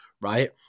right